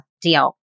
Deal